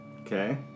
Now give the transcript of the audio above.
Okay